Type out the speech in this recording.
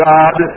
God